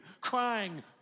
crying